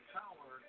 power